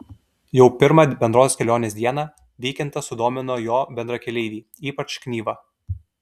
jau pirmą bendros kelionės dieną vykintą sudomino jo bendrakeleiviai ypač knyva